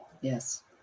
Yes